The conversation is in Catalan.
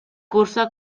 cursa